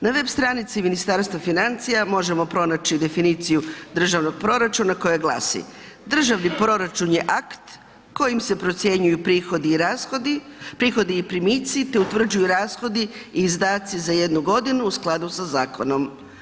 Na web stranici Ministarstva financija možemo pronaći definiciju državnog proračuna koja glasi: državni proračun je akt kojim se procjenjuju prihodi i primici te utvrđuju rashodi i izdaci za jednu godinu u skladu sa zakonom.